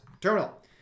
Terminal